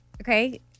Okay